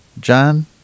John